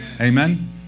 Amen